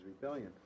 rebellion